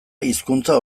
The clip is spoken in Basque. hizkuntza